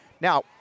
Now